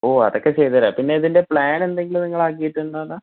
ഓ അതൊക്കെ ചെയ്തു തരാം പിന്നെ ഇതിന്റെ പ്ലാൻ എന്തെങ്കിലും നിങ്ങൾ ആക്കിയിട്ടുണ്ടോ അതോ